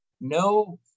no